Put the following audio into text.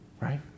Right